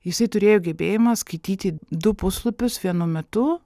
jisai turėjo gebėjimą skaityti du puslapius vienu metu